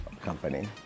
company